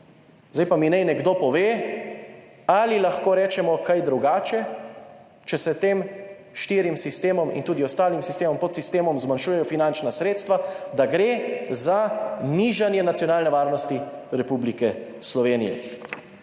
Zdaj pa mi naj nekdo pove, ali lahko rečemo kaj drugače, če se tem štirim sistemom in tudi ostalim sistemom, podsistemom, zmanjšujejo finančna sredstva, da gre za nižanje nacionalne varnosti Republike Slovenije.